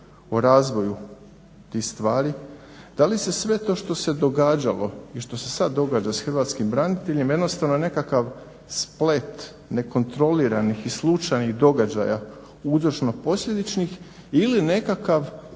o razvoju tih stvari? Da li se sve to što se događalo i što se sada događa s hrvatskim braniteljima jednostavno nekakav splet nekontroliranih slučajnih događaja uzročno posljedičnih ili nekakav